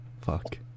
fuck